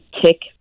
tick